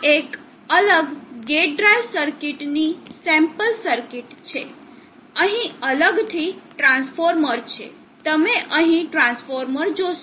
આ એક અલગ ગેટ ડ્રાઇવ સર્કિટની સેમ્પલ સર્કિટ છે અહીં અલગથી ટ્રાન્સફોર્મર છે તમે અહીં ટ્રાન્સફોર્મર જોશો